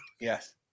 Yes